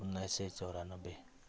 उन्नाइस सय चौरानब्बे